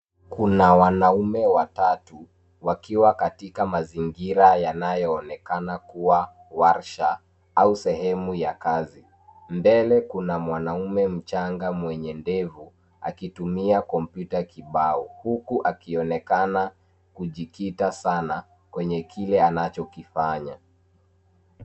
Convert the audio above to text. Kuna wanaume watatu, wakiwa katika mazingira yanayo onekana kuwa warsha, au sehemu ya kazi. Mbele Kuna mwanaume mchanga mwenye ndevu akitumia komputa ya kibao ,huku akionekana kujikita sana kwenye kile anachokifanya.